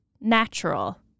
natural